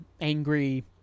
angry